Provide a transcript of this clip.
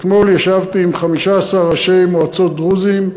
אתמול ישבתי עם 15 ראשי מועצות דרוזים.